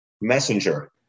messenger